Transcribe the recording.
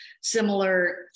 similar